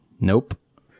Nope